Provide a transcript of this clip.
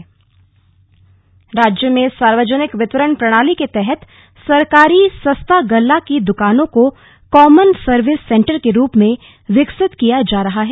digitisation Tehri राज्य में सार्वजनिक वितरण प्रणाली के तहत सरकारी सस्ता गल्ला की दुकानों को कॉमन सर्विस सेंटर के रूप में विकसित किया जा रहा है